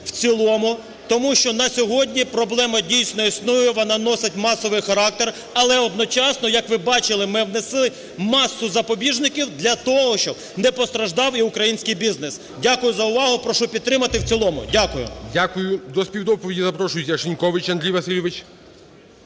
в цілому. Тому що на сьогодні проблема дійсно існує, вона носить масовий характер, але одночасно, як ви бачили, ми внесли масу запобіжників для того, щоб не постраждав і український бізнес. Дякую за увагу. Прошу підтримати в цілому. Дякую. ГОЛОВУЮЧИЙ. Дякую. До співдоповіді запрошується Шинькович Андрій Васильович.